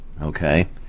okay